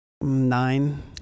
Nine